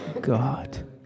God